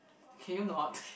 can you not